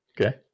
okay